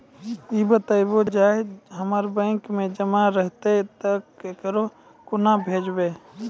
ई बताऊ जे पाय हमर बैंक मे जमा रहतै तऽ ककरो कूना भेजबै?